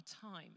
time